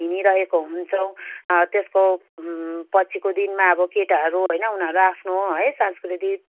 हिँडिरहेको हुन्छौँ त्यसको पछिको दिनमा अब केटाहरू होइन उनीहरू आफ्नो है सांस्कृतिक